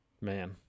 Man